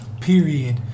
Period